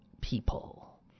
people